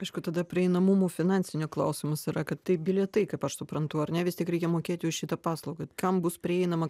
aišku tada prieinamumo finansinio klausimas yra kad tai bilietai kaip aš suprantu ar ne vis tiek reikia mokėti už šitą paslaugą kam bus prieinama